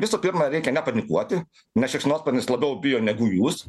visų pirma reikia nepanikuoti nes šikšnosparnis labiau bijo negu jūs